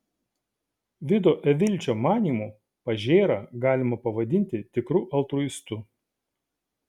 vido evilčio manymu pažėrą galima pavadinti tikru altruistu